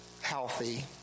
healthy